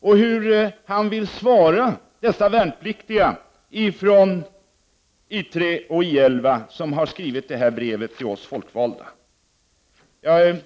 Och hur kan vi svara dessa värnpliktiga från I 3 och I 11 som har skrivit till oss folkvalda? Jag